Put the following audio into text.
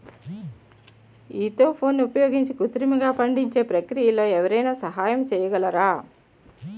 ఈథెఫోన్ని ఉపయోగించి కృత్రిమంగా పండించే ప్రక్రియలో ఎవరైనా సహాయం చేయగలరా?